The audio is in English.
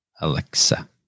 Alexa